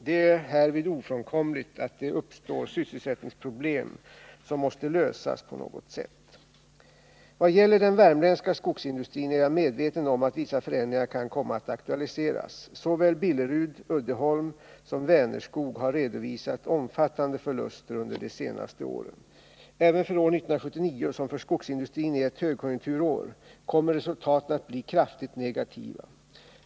Det är härvid ofrånkomligt att det uppstår sysselsättningsproblem som måste lösas på något sätt. Vad gäller den värmländska skogsindustrin är jag medveten om att vissa förändringar kan komma att aktualiseras. Såväl Billerud-Uddeholm som Vänerskog har redovisat omfattande förluster under de senaste åren. Även för år 1979, som för skogsindustrin är ett högkonjunkturår, kommer resultaten att bli kraftigt negativa.